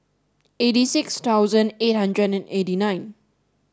eighty six thousand eight hundred and eighty nine